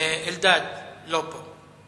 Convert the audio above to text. אלדד, לא פה.